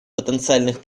потенциальных